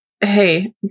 Hey